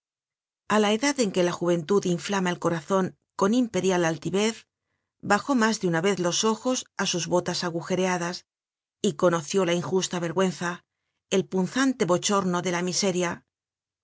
a la edad en que la juventud inflama el corazon con imperial altivez bajó mas de una vez los ojos á sus botas agujereadas y conoció la injusta vergüenza el punzante bochorno de la miseria